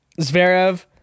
Zverev